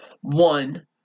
one